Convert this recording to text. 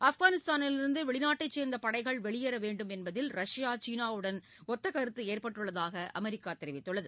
ஆப்கானிஸ்தானிலிருந்துவெளிநாட்டைச் சேர்ந்தபடைகள் வெளியேறவேண்டும் என்பதில் ரஷ்யா சீனாவுடன் ஒத்தகருத்துஏற்பட்டுள்ளதாகஅமெரிக்காதெரிவித்துள்ளது